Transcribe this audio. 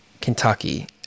Kentucky